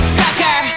sucker